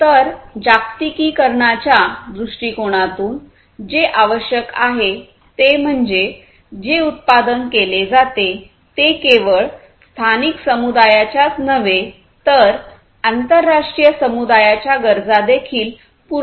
तर जागतिकीकरणाच्या दृष्टिकोनातून जे आवश्यक आहे ते म्हणजे जे उत्पादन केले जाते ते केवळ स्थानिक समुदायाच्याच नव्हे तर आंतरराष्ट्रीय समुदायाच्या गरजादेखील पूर्ण करता आले पाहिजे